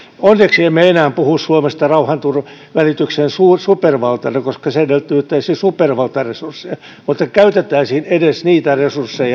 onneksi emme enää puhu suomesta rauhanvälityksen supervaltana koska se edellyttäisi supervaltaresursseja mutta käytettäisiin täysmääräisesti edes niitä resursseja